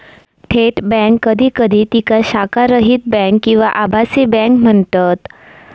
थेट बँक कधी कधी तिका शाखारहित बँक किंवा आभासी बँक म्हणतत